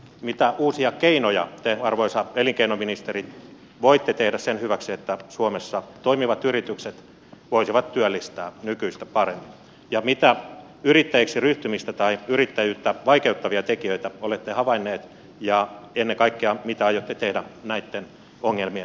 mitä uusia keinoja te arvoisa elinkeinoministeri voitte tehdä sen hyväksi että suomessa toimivat yritykset voisivat työllistää nykyistä paremmin ja mitä yrittäjäksi ryhtymistä tai yrittäjyyttä vaikeuttavia tekijöitä olette havainnut ja ennen kaikkea mitä aiotte tehdä näiden ongelmien poistamiseksi